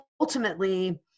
ultimately